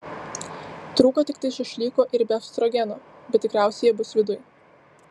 trūko tiktai šašlyko ir befstrogeno bet tikriausiai jie bus viduj